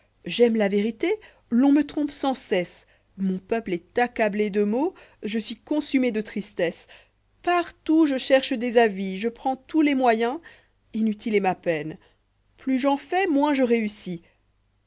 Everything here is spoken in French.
j'aime la vérité l'ônme trompe sans cessei mon peupieestaccablé dé maux r je suisrcqnsumé de tristesse partout je cherche des avis je prends tous les moyens inutile est ma peine plus j'en fais moins je réussis